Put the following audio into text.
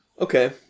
Okay